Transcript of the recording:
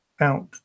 out